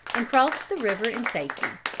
and crossed the river in safety.